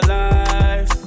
life